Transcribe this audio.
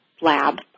lab